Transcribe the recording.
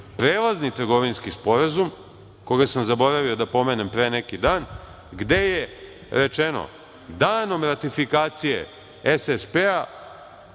Prelazni trgovinski sporazum, koga sam zaboravio da pomenem pre neki dan, gde je rečeno – danom ratifikacije SSP-a